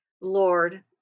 Lord